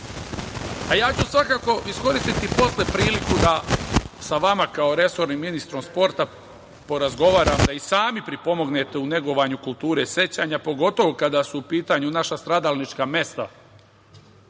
ću iskoristiti posle priliku da sa vama kao resornim ministrom sporta porazgovaram da i sami pripomognete u negovanju kulture sećanja, pogotovo kada su u pitanju naša stradalnička mesta